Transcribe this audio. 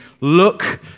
look